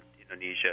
Indonesia